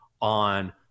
on